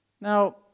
Now